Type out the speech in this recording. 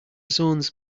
zones